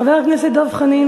חבר הכנסת דב חנין,